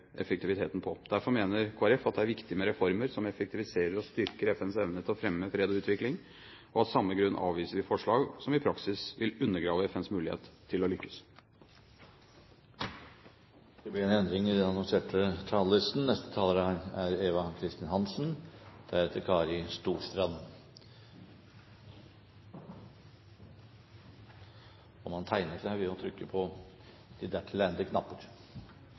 effektiviteten på. Derfor mener Kristelig Folkeparti at det er viktig med reformer som effektiviserer og styrker FNs evne til å fremme fred og utvikling, og av samme grunn avviser vi forslag som i praksis vil undergrave FNs mulighet til å lykkes. Saksordføreren har på utmerket vis gått gjennom innholdet i den